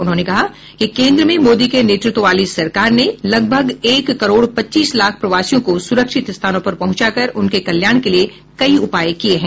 उन्होंने कहा कि केंद्र में मोदी के नेतृत्व वाली सरकार ने लगभग एक करोड़ पच्चीस लाख प्रवासियों को सुरक्षित स्थानों पर पहुंचा कर उनके कल्याण के लिए कई उपाय किए हैं